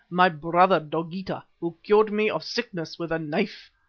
my brother dogeetah, who cured me of sickness with a knife?